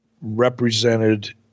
represented